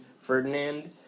Ferdinand